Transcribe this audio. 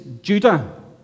judah